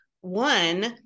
one